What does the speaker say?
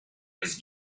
his